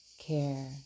care